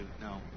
no